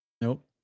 Nope